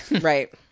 right